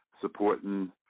supporting